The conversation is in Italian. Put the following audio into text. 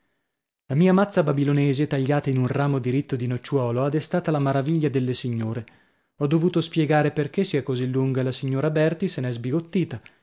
la mia mazza babilonese tagliata in un ramo diritto di nocciuolo ha destata la maraviglia delle signore ho dovuto spiegare perchè sia così lunga e la signora berti se n'è sbigottita